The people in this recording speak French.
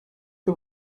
que